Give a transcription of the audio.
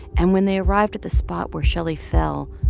and when they arrived at the spot where shelly fell,